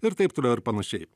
ir taip toliau ir panašiai